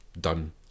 done